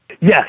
Yes